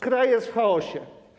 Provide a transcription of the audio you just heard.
Kraj jest w chaosie.